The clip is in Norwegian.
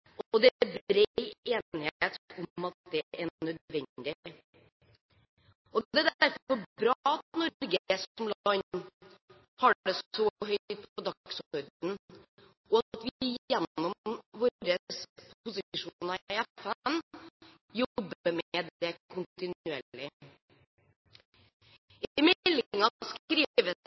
og det er bred enighet om at det er nødvendig. Det er derfor bra at Norge som land har dette så høyt på dagsordenen, og at vi gjennom våre posisjoner i FN jobber kontinuerlig med dette. I meldingen skrives det